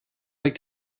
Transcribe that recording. like